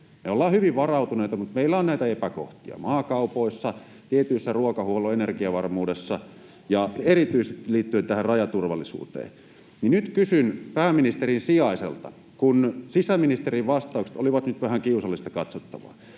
Me ollaan hyvin varautuneita, mutta meillä on näitä epäkohtia maakaupoissa, ruokahuollossa, energiavarmuudessa ja erityisesti liittyen tähän rajaturvallisuuteen, joten nyt kysyn pääministerin sijaiselta, kun sisäministerin vastaukset olivat vähän kiusallista katsottavaa: